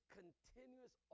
continuous